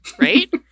right